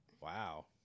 Wow